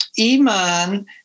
Iman